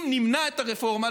אם נמנע את הרפורמה,